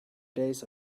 days